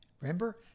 Remember